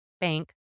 Bank